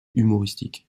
humoristique